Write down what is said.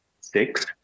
six